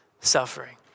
suffering